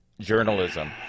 journalism